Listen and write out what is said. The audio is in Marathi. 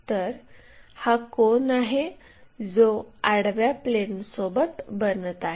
तर हा कोन आहे जो आडव्या प्लेनसोबत बनत आहे